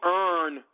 earn